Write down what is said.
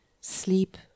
sleep